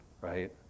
right